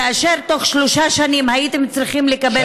כאשר תוך שלושה שנים הייתם צריכים לקבל,